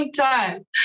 time